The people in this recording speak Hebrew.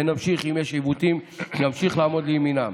ואם יש עיוותים נמשיך לעמוד לימינם,